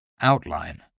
outline